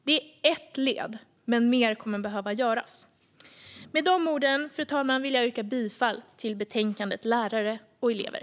Det är ett led, men mer kommer att behöva göras. Med de orden, fru talman, vill jag yrka bifall till utskottets förslag i betänkandet Lärare och elever.